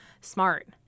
Smart